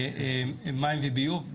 מים וביוב.